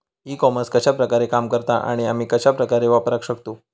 E commerce कश्या प्रकारे काम करता आणि आमी कश्या प्रकारे वापराक शकतू?